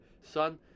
son